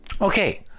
Okay